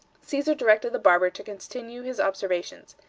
caesar directed the barber to continue his observations.